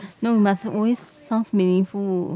no you must always sounds meaningful